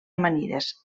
amanides